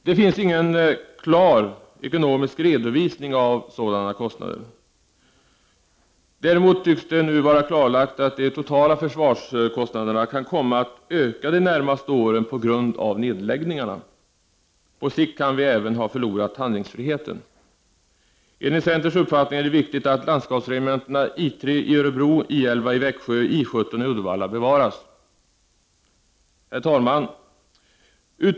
Det finns ingen klar ekonomisk redovisning av sådana kostnader. Däremot tycks det nu vara klarlagt att de totala försvarskostnaderna kan komma att öka under de närmaste åren på grund av nedläggningarna. På sikt kan vi även förlora handlingsfriheten. Enligt centerns uppfattning är det viktigt att landskapsregementena 13 i Örebro, I 11 i Växjö och I 17 i Uddevalla bevaras. Herr talman!